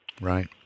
Right